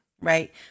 Right